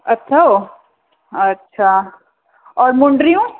अथव अच्छा और मुंडियूं